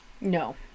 no